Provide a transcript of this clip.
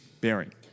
bearing